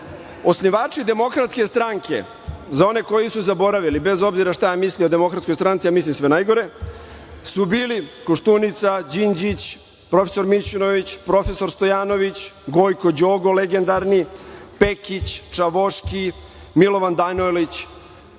osnivači Demokratske stranke za one koji su zaboravili, bez obzira šta mislio o Demokratskoj stranci, a mislim sve najgore, su bili Koštunica, Đinđić, profesor Mićunović, profesor Stojanović, Gojko Đogo legendarni, Pekić, Čavoški, Milovan Danojlić.